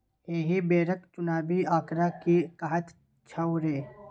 एहि बेरक चुनावी आंकड़ा की कहैत छौ रे